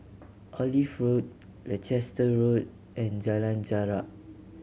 Olive Road Leicester Road and Jalan Jarak